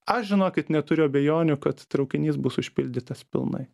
aš žinokit neturiu abejonių kad traukinys bus užpildytas pilnai